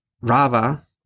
Rava